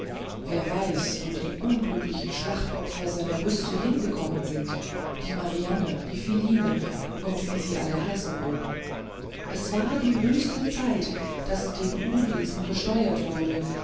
wer weiß wo die unglücklichen schlachtopfer seiner lüste hingekommen sind die marianne die philine und wie sie alle heißen mögen es war die höchste zeit daß dem unwesen gesteuert wurde